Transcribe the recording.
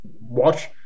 watch